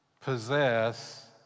possess